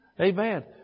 Amen